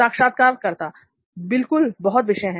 साक्षात्कारकर्ता बिल्कुल बहुत विषय है